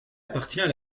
appartient